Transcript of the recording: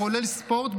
כולל ספורט,